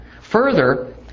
Further